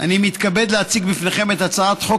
אני מתכבד להציג לפניכם את הצעת חוק